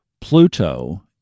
Pluto